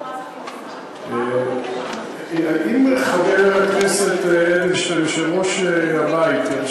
אחרי שיורידו את המע"מ, שיורידו